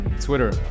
Twitter